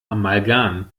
amalgam